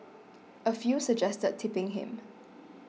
a few suggested tipping him